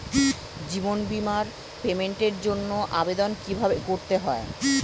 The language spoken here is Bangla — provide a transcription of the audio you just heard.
জীবন বীমার পেমেন্টের জন্য আবেদন কিভাবে করতে হয়?